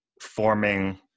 forming